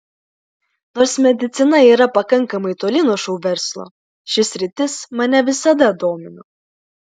nors medicina yra pakankamai toli nuo šou verslo ši sritis mane visada domino